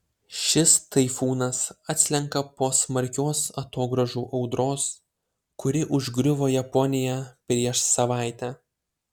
šis taifūnas atslenka po smarkios atogrąžų audros kuri užgriuvo japoniją prieš savaitę